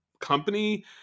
company